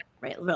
right